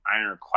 ironclad